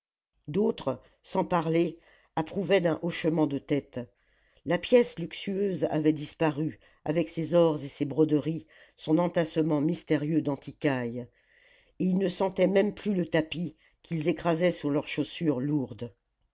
d'autres sans parler approuvaient d'un hochement de tête la pièce luxueuse avait disparu avec ses ors et ses broderies son entassement mystérieux d'antiquailles et ils ne sentaient même plus le tapis qu'ils écrasaient sous leurs chaussures lourdes